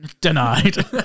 Denied